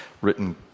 written